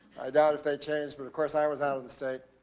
i doubt it they've changed. but of course i was out of the state.